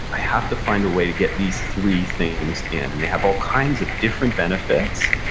i have to find a way to get these three things in, and they have all kinds of different benefits,